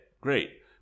great